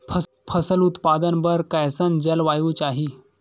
फसल उत्पादन बर कैसन जलवायु चाही?